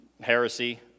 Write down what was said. heresy